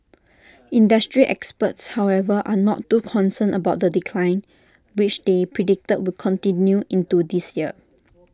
industry experts however are not too concerned about the decline which they predict will continue into this year